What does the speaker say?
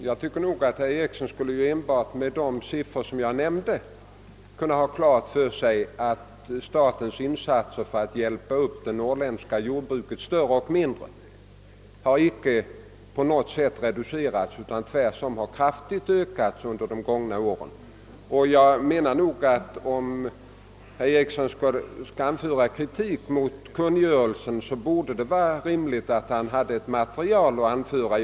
Herr talman! Jag tycker att herr Eriksson i Bäckmora av de tal jag nämnde skulle ha kunnat få klart för sig att statens insatser för att hjälpa upp de norrländska jordbruken, större och mindre, icke på något sätt har reducerats utan tvärtom kraftigt ökats under de gångna åren. Om herr Eriksson vill anföra kritik mot kungörelsen borde det vara rimligt att han hade något material att anföra som stöd härför.